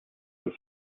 and